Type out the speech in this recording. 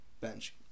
bench